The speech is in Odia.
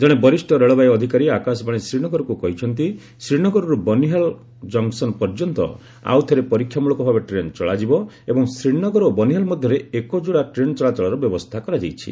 ଜଣେ ବରିଷ୍ଣ ରେଳବାଇ ଅଧିକାରୀ ଆକାଶବାଣୀ ଶ୍ରୀନଗରକୁ କହିଛନ୍ତି ଶ୍ରୀନଗରରୁ ବନିହାଲ ଜଙ୍କସନ ପର୍ଯ୍ୟନ୍ତ ଆଉଥରେ ପରୀକ୍ଷାମୂଳକ ଭାବେ ଟ୍ରେନ୍ ଚଳାଯିବ ଏବଂ ଶ୍ରୀନଗର ଓ ବନିହାଲ ମଧ୍ୟରେ ଏକଯୋଡ଼ା ଟ୍ରେନ୍ ଚଳାଚଳର ବ୍ୟବସ୍ତା କରାଯାଇଛି